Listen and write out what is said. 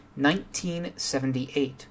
1978